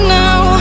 now